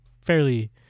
fairly